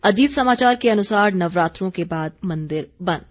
अजीत समाचार के अनुसार नवरात्रों के बाद मंदिर बंद